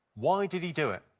why did he do it?